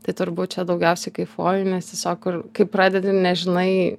tai turbūt čia daugiausiai kaifuoju nes tiesiog kur kaip pradedi nežinai